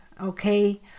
okay